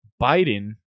Biden